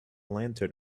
lantern